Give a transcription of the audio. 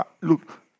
Look